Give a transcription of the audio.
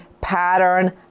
Pattern